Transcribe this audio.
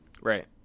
Right